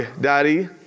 Daddy